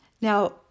Now